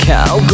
Cow